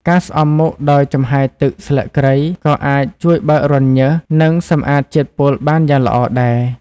ការស្អំមុខដោយចំហាយទឹកស្លឹកគ្រៃក៏អាចជួយបើករន្ធញើស និងសម្អាតជាតិពុលបានយ៉ាងល្អដែរ។